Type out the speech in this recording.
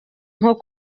nko